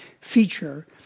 feature